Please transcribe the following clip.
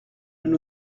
nous